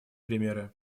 примеры